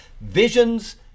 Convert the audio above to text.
visions